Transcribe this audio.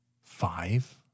five